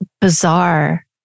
bizarre